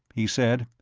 he said.